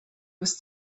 was